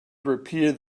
repeated